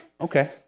okay